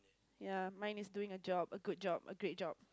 ya mine is doing a job a good job a great job